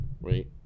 Wait